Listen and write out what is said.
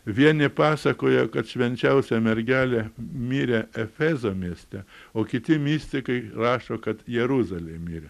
vieni pasakoja kad švenčiausia mergelė mirė efezo mieste o kiti mistikai rašo kad jeruzalėj mirė